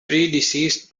predeceased